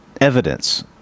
evidence